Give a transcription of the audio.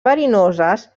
verinoses